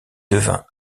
devint